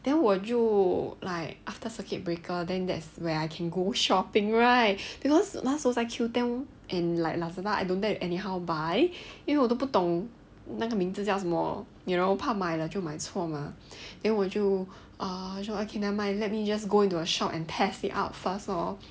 then 我就 like after circuit breaker then that's where I can go shopping right because 那时候在 Q_O_O ten and like lazada I don't dare to like anyhow buy 因为我都不懂那个名字叫什么 you know 我怕买了就买错 mah then 我就 ah okay never mind let me just go into a shop and test it out first lor